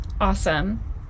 Awesome